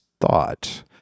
thought